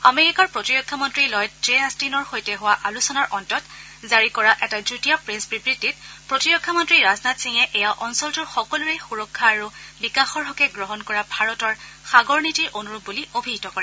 আমেৰিকাৰ প্ৰতিৰক্ষা মন্নী লয়ড জে আট্টিনৰ সৈতে হোৱা আলোচনাৰ অন্তত জাৰি কৰা এটা যুটীয় প্ৰেছ বিবৃতিত প্ৰতিৰক্ষা মন্ত্ৰী ৰাজনাথ সিঙে এয়া অঞ্চলটোৰ সকলোৰে সুৰক্ষা আৰু বিকাশৰ হকে গ্ৰহণ কৰা ভাৰতৰ সাগৰ নীতিৰ অনুৰূপ বুলি অভিহিত কৰে